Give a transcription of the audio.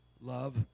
Love